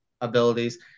abilities